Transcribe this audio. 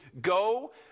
go